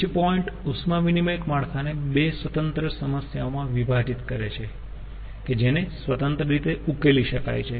pinch point ઉષ્મા વિનીમયક માળખાને બે સ્વતંત્ર સમસ્યાઓ માં વિભાજીત કરે છે કે જેને સ્વતંત્ર રીતે ઉકેલી શકાય છે